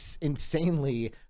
insanely